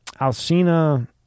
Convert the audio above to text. Alcina